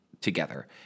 together